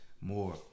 more